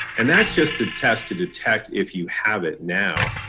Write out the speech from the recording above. and that's just a test to detect if you have it now.